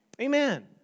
Amen